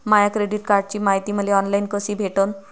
माया credit कार्डची मायती मले ऑनलाईन कसी भेटन?